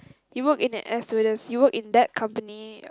you work in an air stewardess you work in that company